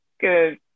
good